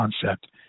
concept